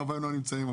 לנו.